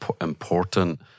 important